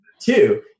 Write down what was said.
Two